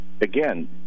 again